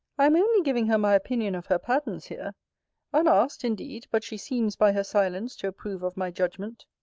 i am only giving her my opinion of her patterns, here unasked indeed but she seems, by her silence, to approve of my judgment.